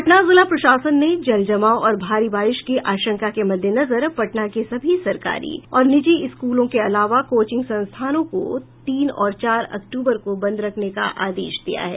पटना जिला प्रशासन ने जल जमाव और भारी बारिश की आशंका के मद्देनजर पटना के सभी सरकारी और निजी स्कूल के अलावा कोचिंग संस्थानों को तीन और चार अक्टूबर को बंद रखने का आदेश दिया है